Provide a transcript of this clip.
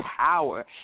power